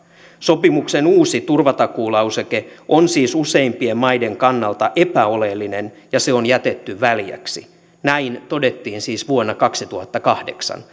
sopimuksen uusi turvatakuulauseke on siis useimpien maiden kannalta epäoleellinen ja se on jätetty väljäksi näin todettiin siis vuonna kaksituhattakahdeksan